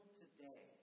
today